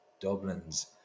Dublin's